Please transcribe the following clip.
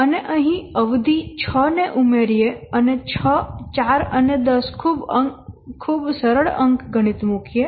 અને અહીં અવધિ 6 ને ઉમેરીએ અને 6 4 અને 10 ખૂબ સરળ અંકગણિત મૂકીએ